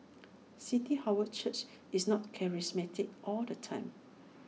city harvest church is not charismatic all the time